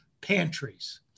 pantries